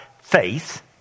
faith